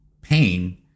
pain